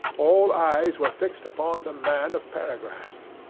all eyes were fixed upon the man of paragraphs.